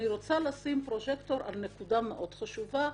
אני רוצה לשים פרוז'קטור על נקודה מאוד חשובה,